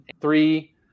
three